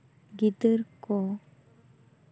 ᱜᱤᱫᱟᱹᱨ ᱠᱚ